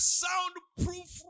soundproof